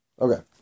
Okay